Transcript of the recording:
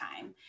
time